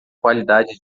qualidade